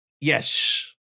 Yes